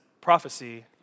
prophecy